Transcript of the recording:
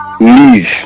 Leave